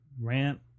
rant